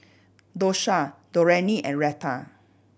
Dosha Dorene and Retta